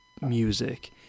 music